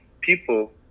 People